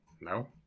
No